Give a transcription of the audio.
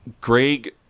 Greg